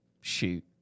Shoot